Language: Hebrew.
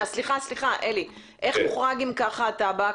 רגע, איך מוחרג אם ככה הטבק?